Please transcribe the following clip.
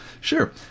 Sure